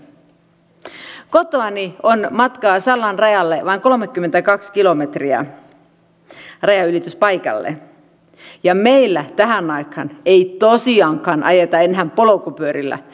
valtiovarainministeri stubb on sanonut antaneensa eduskunnalle ministeriössä valmistelussa olleesta hallintarekisteristä väärää tietoa mutta ei tietoisesti